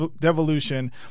devolution